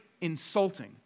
insulting